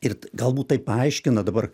ir galbūt tai paaiškina dabar